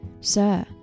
Sir